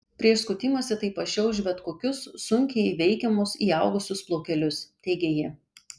prieš skutimąsi tai pašiauš bet kokius sunkiai įveikiamus įaugusius plaukelius teigė ji